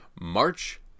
March